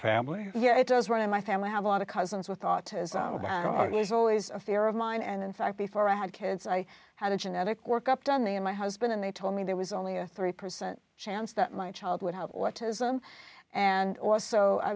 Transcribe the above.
family yeah it does worry my family have a lot of cousins with autism it is always a fear of mine and in fact before i had kids i had the genetic work up done the in my husband and they told me there was only a three percent chance that my child would have autism and also i